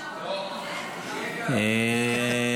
לנו, אפשר במנהרות הכרמל?